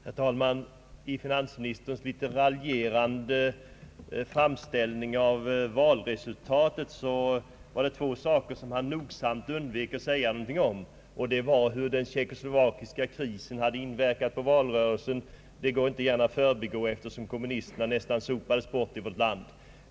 Herr talman! I sin något raljerande framställning av valresultatet var det två saker som finansministern nogsamt undvek att säga något om, Den ena var hur den tjeckoslovakiska krisen inverkat på valrörelsen; den saken kan man inte förbigå eftersom kommunisterna nästan sopades bort i vårt land.